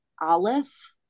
Aleph